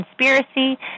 conspiracy